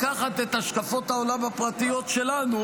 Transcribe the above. לקחת את השקפות העולם הפרטיות שלנו